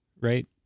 right